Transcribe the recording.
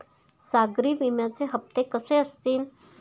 सागरी विम्याचे हप्ते कसे असतील?